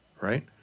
right